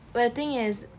but the thing is